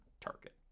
target